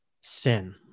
sin